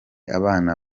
abana